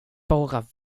bara